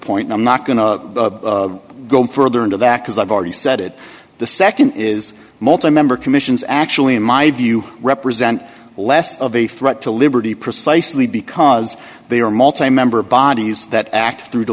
point i'm not going to go further into that because i've already said it the nd is multi member commissions actually in my view represent less of a threat to liberty precisely because they are multimember bodies that act through